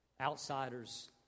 outsiders